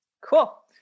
Cool